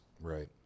Right